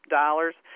dollars